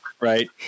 Right